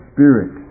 Spirit